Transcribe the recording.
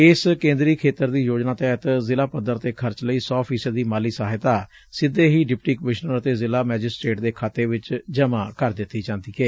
ਇਸ ਕੇ'ਦਰੀ ਖੇਤਰ ਦੀ ਯੋਜਨਾ ਤਹਿਤ ਜ਼ਿਲ੍ਹਾ ਪੱਧਰ ਤੇ ਖਰਚ ਲਈ ਸੌ ਫ਼ੀਸਦੀ ਮਾਲੀ ਸਹਾਇਤਾ ਸਿੱਧੇ ਹੀ ਡਿਪਟੀ ਕਮਿਸ਼ਨਰ ਅਤੇ ਜ਼ਿਲ੍ਹਾ ਮੈਜਿਸਟਰੇਟ ਦੇ ਖਾਤੇ ਵਿਚ ਜਮ੍ਹਾ ਕਰ ਦਿੱਤੀ ਜਾਂਦੀ ਏ